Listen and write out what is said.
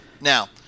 now